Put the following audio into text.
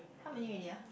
how many already ah